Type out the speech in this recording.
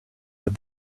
but